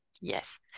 yes